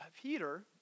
Peter